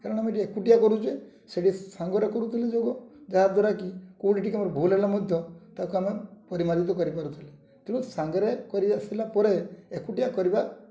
କାରଣ ଆମେ ଏଠି ଏକୁଟିଆ କରୁଛେ ସେଠି ସାଙ୍ଗରେ କରୁଥିଲେ ଯୋଗ ଯାହାଦ୍ୱାରା କି କୋଉଠି ଟିକେ ଆମର ଭୁଲ୍ ହେଲା ମଧ୍ୟ ତା'କୁ ଆମେ ପରିମାଣିତ କରିପାରୁଥିଲେ ତେଣୁ ସାଙ୍ଗରେ କରି ଆସିଲା ପରେ ଏକୁଟିଆ କରିବା